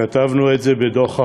וכתבנו את זה בדוח העוני: